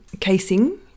casing